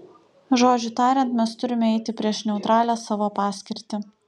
žodžiu tariant mes turime eiti prieš neutralią savo paskirtį